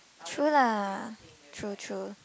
true lah true true